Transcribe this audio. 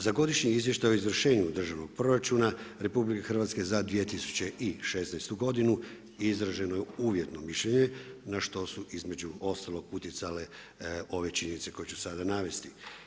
Za Godišnji izvještaj o izvršenju državnog proračuna, RH je za 2016. godinu, izrađeno je uvjetno mišljenje na što su između ostalog utjecale ove činjenice koje ću sada navesti.